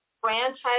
franchise